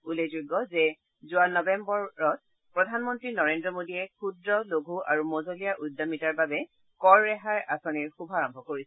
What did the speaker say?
উল্লেখযোগ্য যে যোৱা বছৰৰ নৱেম্বৰত প্ৰধানমন্ত্ৰী নৰেন্দ্ৰ মোদীয়ে ক্ষুদ্ৰ লঘু আৰু মজলীয়া উদ্যামিতাৰ বাবে কৰ ৰেহাই আঁচনিৰ শুভাৰম্ভ কৰিছিল